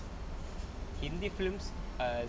hindi films err